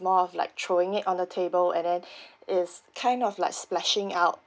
more of like throwing it on the table and then is kind of like splashing out